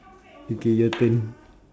okay your turn